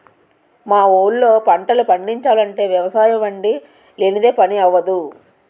మా ఊళ్ళో పంటలు పండిచాలంటే వ్యవసాయబండి లేనిదే పని అవ్వదు